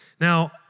Now